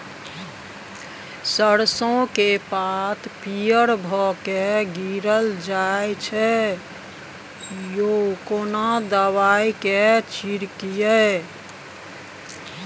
सरसो के पात पीयर भ के गीरल जाय छै यो केना दवाई के छिड़कीयई?